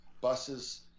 buses